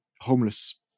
homeless